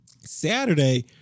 Saturday